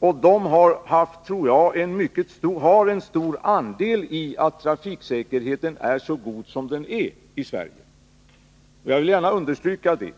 Det har, tror jag, en mycket stor del i att trafiksäkerheten är så god som den är i Sverige. Jag vill gärna understryka det.